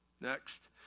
Next